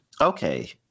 Okay